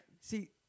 See